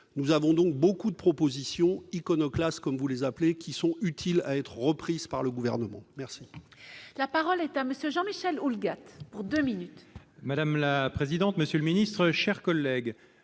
nous avons donc beaucoup de propositions iconoclastes comme vous les appelez qui sont utiles à être reprise par le gouvernement, merci. La parole est à monsieur Jean Michel Houlgate pour 2 minutes. Madame la présidente, monsieur le ministre, chers collègues,